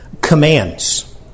commands